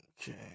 Okay